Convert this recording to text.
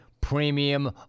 premium